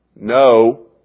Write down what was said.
no